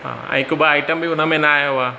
हां हिकु ॿ आइटम बि हुन में न आयो आहे